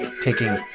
taking